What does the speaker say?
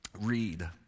read